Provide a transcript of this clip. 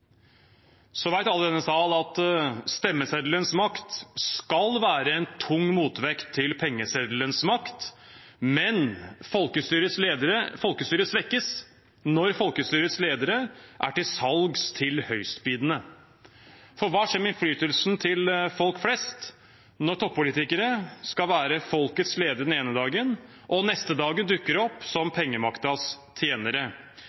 Alle i denne salen vet at stemmeseddelens makt skal være en tung motvekt til pengeseddelens makt, men folkestyret svekkes når folkestyrets ledere er til salgs til høystbydende. For hva skjer med innflytelsen til folk flest når toppolitikere skal være folkets ledere den ene dagen og neste dag dukker opp som pengemaktens tjenere,